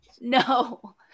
No